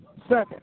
second